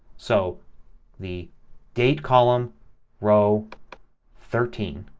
so the date column row thirteen.